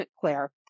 Claire